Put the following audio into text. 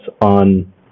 on